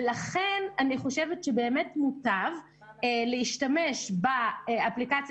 ולכן אני חושבת שבאמת מוטב להשתמש באפליקציית